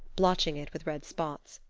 blotching it with red spots.